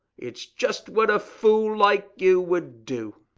it's just what a fool like you would do.